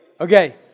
Okay